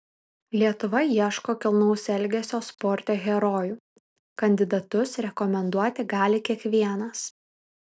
lietuva ieško kilnaus elgesio sporte herojų kandidatus rekomenduoti gali kiekvienas